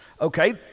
Okay